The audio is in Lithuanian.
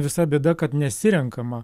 visa bėda kad nesirenkama